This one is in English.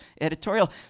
editorial